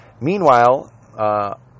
Meanwhile